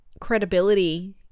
credibility